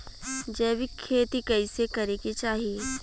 जैविक खेती कइसे करे के चाही?